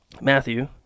Matthew